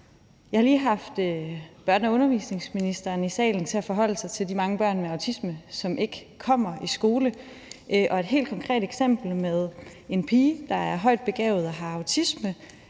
Jeg har lige haft børne- og undervisningsministeren i salen til at forholde sig til de mange børn med autisme, som ikke kommer i skole, og et helt konkret eksempel er med en pige, der er højt begavet og har autisme,